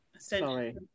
Sorry